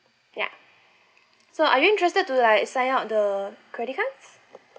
yeah so are you interested to like sign up the credit cards